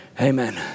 Amen